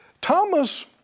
Thomas